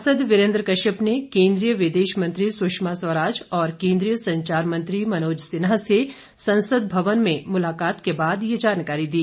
सांसद वीरेन्द्र कश्यप ने केंद्रीय विदेश मंत्री सुषमा स्वराज और केंद्रीय संचार मंत्री मनोज सिन्हा से संसद भवन में मुलाकात के बाद ये जानकारी दी